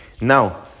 Now